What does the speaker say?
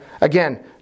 Again